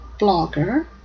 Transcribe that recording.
blogger